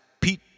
Pete